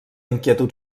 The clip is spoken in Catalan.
inquietud